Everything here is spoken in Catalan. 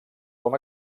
com